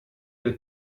del